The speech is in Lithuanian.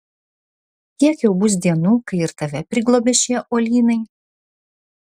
kiek jau bus dienų kai ir tave priglobė šie uolynai